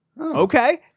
Okay